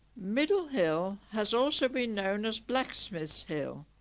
middle hill has also been known as blacksmith's hill